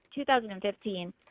2015